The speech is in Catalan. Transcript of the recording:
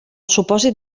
supòsit